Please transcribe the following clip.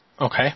Okay